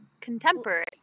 contemporary